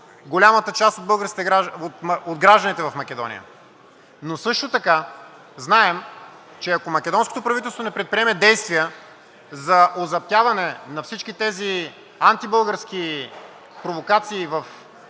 голямата част от гражданите в Македония. Също така обаче знаем, че ако македонското правителство не предприеме действия за озаптяване на всички тези антибългарски провокации в Република